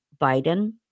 Biden